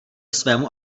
svému